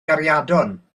gariadon